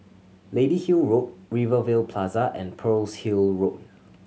Lady Hill Road Rivervale Plaza and Pearl's Hill Road